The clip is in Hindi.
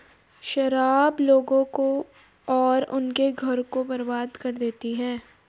शराब लोगों को और उनके घरों को बर्बाद करती है